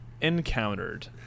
Encountered